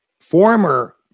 former